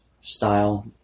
style